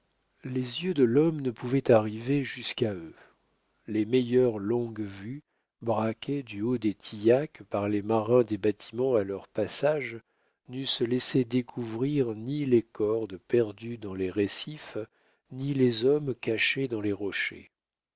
les yeux de l'homme ne pouvaient arriver jusqu'à eux les meilleures longues vues braquées du haut des tillacs par les marins des bâtiments à leur passage n'eussent laissé découvrir ni les cordes perdues dans les rescifs ni les hommes cachés dans les rochers